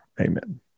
amen